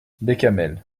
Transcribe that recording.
bécamel